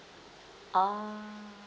ah